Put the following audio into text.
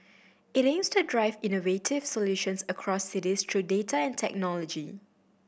it aims to drive innovative solutions across cities through data and technology